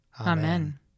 Amen